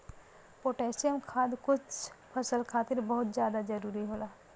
potassium खाद कुछ फसल खातिर बहुत जादा जरूरी होला